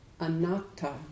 Anatta